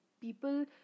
people